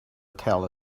tell